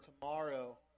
tomorrow